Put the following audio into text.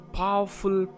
powerful